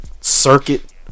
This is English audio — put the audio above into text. circuit